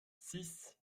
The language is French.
six